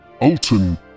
Alton